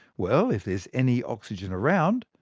well, if there's any oxygen around,